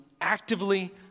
actively